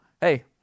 Hey